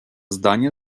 zdanie